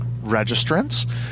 registrants